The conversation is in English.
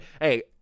Hey